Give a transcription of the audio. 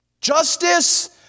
Justice